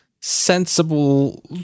Sensible